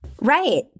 Right